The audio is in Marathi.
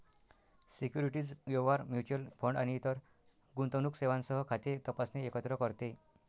सिक्युरिटीज व्यवहार, म्युच्युअल फंड आणि इतर गुंतवणूक सेवांसह खाते तपासणे एकत्र करते